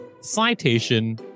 Citation